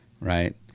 right